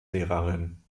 lehrerin